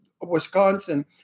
Wisconsin